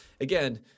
again